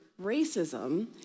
racism